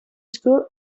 school